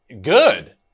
good